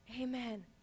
Amen